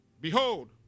Behold